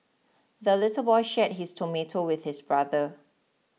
the little boy shared his tomato with his brother